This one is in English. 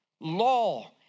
law